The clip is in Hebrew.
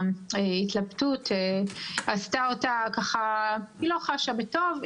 וההתלבטות גרמה לה לחוש לא בטוב,